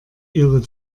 ihre